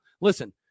Listen